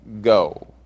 go